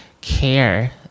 care